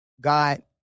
God